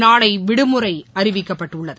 நாளைவிடுமுறைஅறிவிக்கப்பட்டுள்ளது